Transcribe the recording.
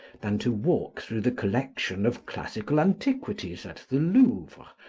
than to walk through the collection of classical antiquities at the louvre,